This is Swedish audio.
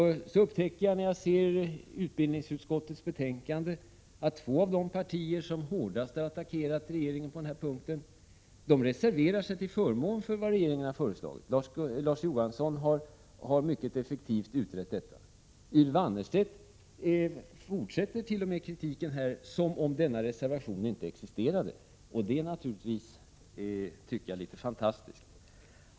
Jag upptäcker när jag läser utbildningsutskottets betänkande att två av de partier som hårdast attackerat regeringen på denna punkt reserverar sig till förmån för vad regeringen har föreslagit. Larz Johansson har mycket effektivt utrett detta. Ylva Annerstedt fortsätter t.o.m. kritiken här, som om denna reservation inte existerade. Det är litet fantastiskt.